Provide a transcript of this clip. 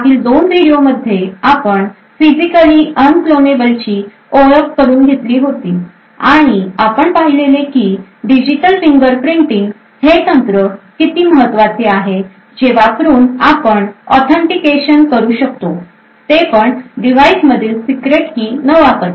मागील दोन व्हिडिओ मध्ये आपण फिजिकली अनकॉलेनेबल ची ओळख करून घेतली होती आणि आपण पाहिलेले होते की डिजिटल फिंगर प्रिंटिंग हे तंत्र किती महत्वाचे आहे जे वापरून आपण ऑथेंटिकेशन करू शकतो ते पण डिव्हाइस मधील सीक्रेट की न वापरता